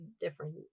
different